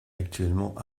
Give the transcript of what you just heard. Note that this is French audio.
actuellement